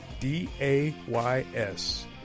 D-A-Y-S